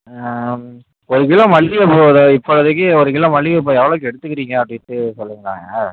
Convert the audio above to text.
ஒரு கிலோ மல்லிகைப்பூவோடு இப்போதைக்கு ஒரு கிலோ மல்லிகைப்பூவை எவ்வளோக்கு எடுத்துக்கிறீங்க அப்படின்ட்டு சொல்லுங்களேங்க